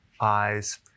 eyes